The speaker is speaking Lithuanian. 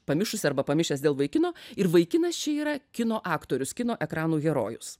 pamišusi arba pamišęs dėl vaikino ir vaikinas čia yra kino aktorius kino ekranų herojus